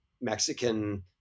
Mexican